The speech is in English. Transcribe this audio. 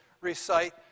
recite